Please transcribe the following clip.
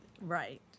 Right